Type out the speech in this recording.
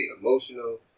emotional